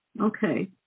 Okay